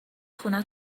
خونه